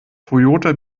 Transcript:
toyota